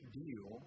deal